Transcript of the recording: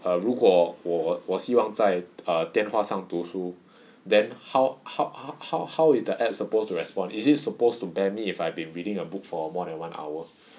err 如果我我希望在电话上读书 then how how how how is the app supposed to respond is it supposed to ban me if I've been reading a book for more than one hour